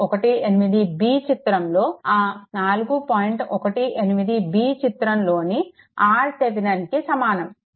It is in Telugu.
18b చిత్రంలోని RTheveninకి సమానం